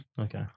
Okay